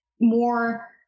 more